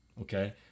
okay